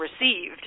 received